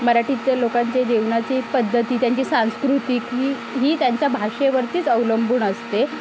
मराठीतल्या लोकांचे जेवणाचे पद्धती त्यांची संस्कृती ही त्यांच्या भाषेवरतीच अवलंबून असते